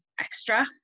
extra